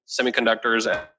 semiconductors